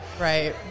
Right